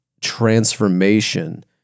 transformation